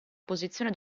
posizione